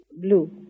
blue